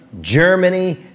Germany